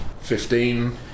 Fifteen